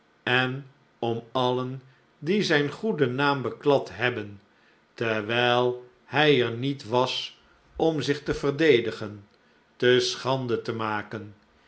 en om alien die zijn goeden naam beklad hebben terwijl hij er niet was om zich te verdedigen te schande te maken